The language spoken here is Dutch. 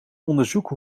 onderzoeken